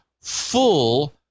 full